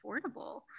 affordable